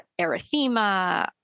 erythema